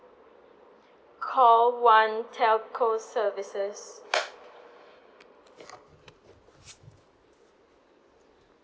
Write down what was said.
call one telco services